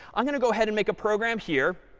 i'm going to go ahead and make a program here,